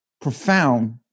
profound